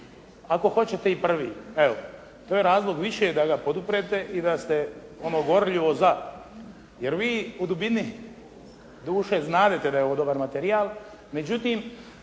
ako hoćete i prvi, evo. To je razlog više da ga poduprete i da ste ono gorljivo za jer vi u dubini duše znadete da je ovo dobar materijal, međutim